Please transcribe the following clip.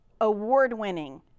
award-winning